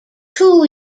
two